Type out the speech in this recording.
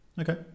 Okay